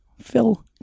Phil